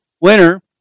Winner